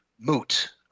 moot